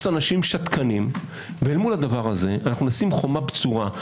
אנשים שתקנים ואל מול זה נשים חומה בצורה.